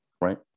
right